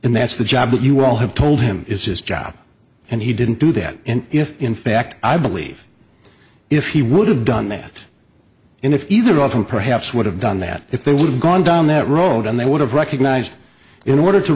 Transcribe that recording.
and that's the job that you all have told him is his job and he didn't do that and if in fact i believe if he would have done that and if either of them perhaps would have done that if they would have gone down that road and they would have recognised in order to